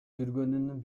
жүргөнүн